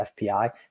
FPI